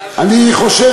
אני חושש,